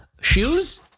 Shoes